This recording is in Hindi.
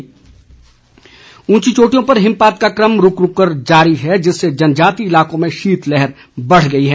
मौसम ऊंची चोटियों पर हिमपात का कम रूक रूक कर जारी है जिससे जनजातीय इलाकों में शीतलहर बढ़ गई है